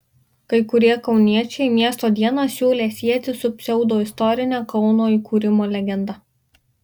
kai kurie kauniečiai miesto dieną siūlė sieti su pseudoistorine kauno įkūrimo legenda